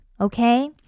Okay